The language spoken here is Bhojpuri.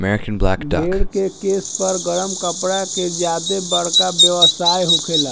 भेड़ के केश पर गरम कपड़ा के ज्यादे बरका व्यवसाय होखेला